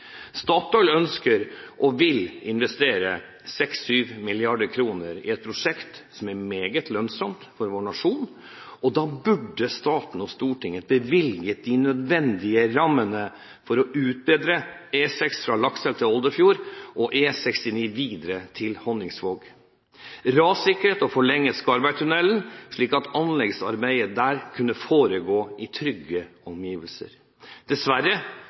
Statoil ønsker og vil investere 6 mrd.–7 mrd. kr i et prosjekt som er meget lønnsomt for vår nasjon. Da bør staten og Stortinget bevilge de nødvendige rammene for å utbedre E6 fra Lakselv til Olderfjord og E69 videre til Honningsvåg. Man bør også rassikre og forlenge Skarvbergtunnelen, slik at anleggsarbeidet der kan foregå i trygge omgivelser. Dessverre